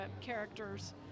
characters